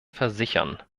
versichern